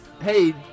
Hey